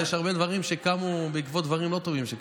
יש הרבה דברים שקמו בעקבות דברים לא טובים שקרו.